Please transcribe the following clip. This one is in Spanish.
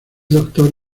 doctor